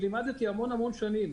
אני לימדתי המון שנים,